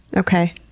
okay,